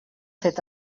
fet